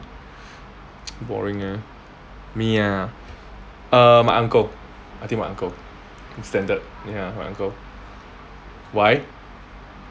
tsk boring leh me ah err my uncle I think my uncle standard ya my uncle why